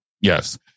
Yes